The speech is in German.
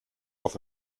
auf